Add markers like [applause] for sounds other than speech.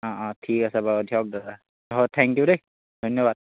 অঁ অঁ ঠিক আছে বাৰু দিয়ক দাদা [unintelligible] থেংক ইউ দেই ধন্যবাদ